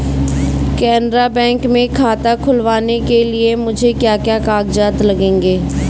Canara bank में खाता खुलवाने के लिए मुझे क्या क्या कागजात लगेंगे?